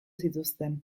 zituzten